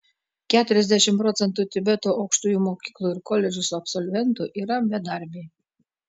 keturiasdešimt procentų tibeto aukštųjų mokyklų ir koledžų absolventų yra bedarbiai